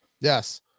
Yes